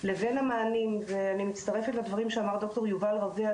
לבין המענים ואני מצטרפת לדברים שאמר דוקטור יובל רווה,